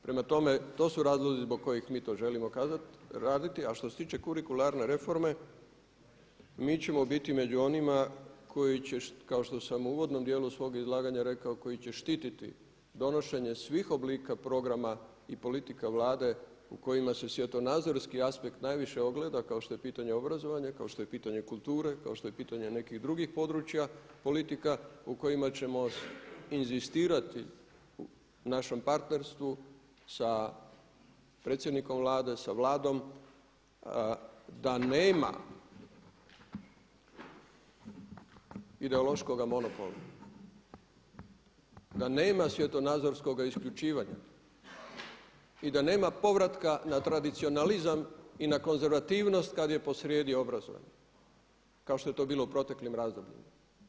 Prema tome, to su razlozi zbog kojih mi to želimo raditi, a što se tiče kurikularne reforme mi ćemo biti među onima koji će kao što sam u uvodnom dijelu svoga izlaganja rekao koji će štiti donošenje svih oblika programa i politika Vlade u kojima se svjetonazorski aspekt najviše ogleda kao što je pitanje obrazovanja, kao što je pitanje kulture, kao što je pitanje nekih drugih područja politika u kojima ćemo inzistirati u našem partnerstvu sa predsjednikom Vlade, sa Vladom da nema ideološkoga monopola, da nema svjetonazorskoga isključivanja i da nema povratka na tradicionalizam i na konzervativnost kad je posrijedi obrazovanje kao što je to bilo u proteklim razdobljima.